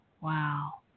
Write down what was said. Wow